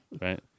Right